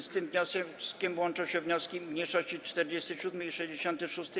Z tym wnioskiem łączą się wnioski mniejszości 47. i 66.